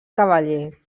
cavaller